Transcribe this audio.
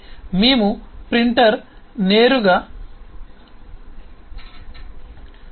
కాబట్టి మేము మాట్లాడుతున్న ఉదాహరణ సందర్భంలో మీకు పిసి ఉందని మరియు మీకు ప్రింటర్ ఉందని అర్థం